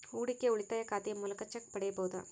ಹೂಡಿಕೆಯ ಉಳಿತಾಯ ಖಾತೆಯ ಮೂಲಕ ಚೆಕ್ ಪಡೆಯಬಹುದಾ?